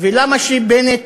ולמה שבנט,